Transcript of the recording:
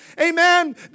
amen